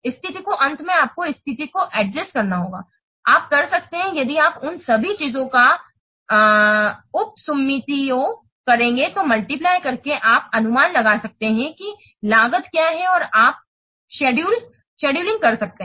स्थिति को अंत में आपको स्थिति को अडजस्टेड करना होगा आप कर सकते हैं यदि आप उन सभी चीजों का उपसुम्मातिओं करेंगे तो मल्टीप्लय करके आप अनुमान लगा सकते हैं कि लागत क्या है और आप शेड्यूलिंग कर सकते हैं